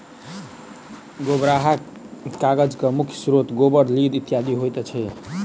गोबराहा कागजक मुख्य स्रोत गोबर, लीद इत्यादि होइत अछि